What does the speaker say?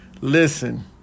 Listen